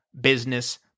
business